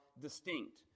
distinct